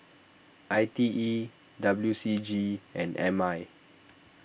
I T E W C G and M I